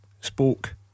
spoke